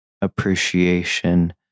appreciation